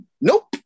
Nope